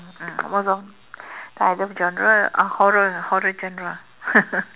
um most of time I love genre uh horror horror genre